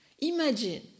Imagine